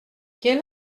quel